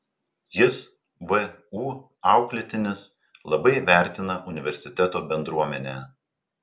jis vu auklėtinis labai vertina universiteto bendruomenę